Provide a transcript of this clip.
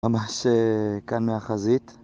ממש כאן מהחזית